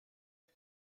est